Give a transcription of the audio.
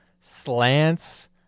slants